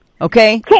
Okay